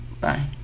bye